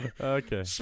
Okay